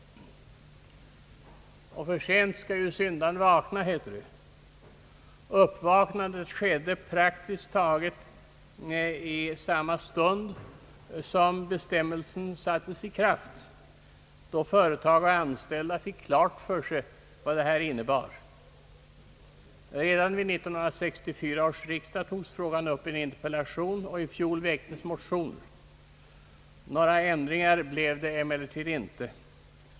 Sent skall syndaren vakna, heter det. Uppvaknandet skedde praktiskt taget i samma stund som bestämmelsen trädde i kraft, då företagare och enskilda fick klart för sig vad den innebar. Redan vid 1964 års riksdag togs frå gan upp i en interpellation och i fjol väcktes motioner. Några ändringar blev det emellertid inte.